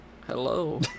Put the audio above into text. hello